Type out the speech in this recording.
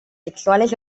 sexuales